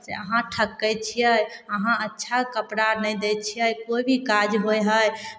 से अहाँ ठकै छियै अहाँ अच्छा कपड़ा नहि दै छियै कोइ भी काज होइ हइ